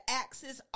axes